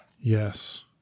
Yes